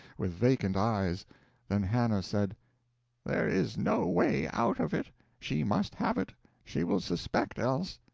with vacant eyes then hannah said there is no way out of it she must have it she will suspect, else.